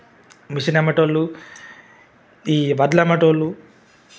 machine అమ్మేటోళ్ళు ఈ వడ్లు అమ్మేటోళ్ళు